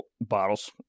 bottles